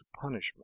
punishment